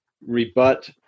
rebut